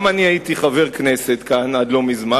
גם אני הייתי חבר כנסת כאן עד לא מזמן,